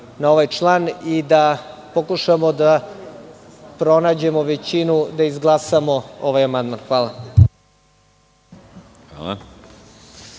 Hvala.